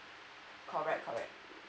correct correct